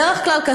בדרך כלל,